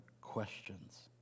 questions